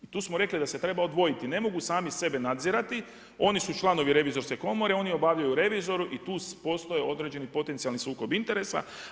Tu smo rekli da se treba odvojiti, ne mogu sami sebe nadzirati, oni su članovi revizorske komore, oni obavljaju reviziju i tu postoje određeni potencijali sukob interesa.